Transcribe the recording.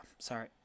sorry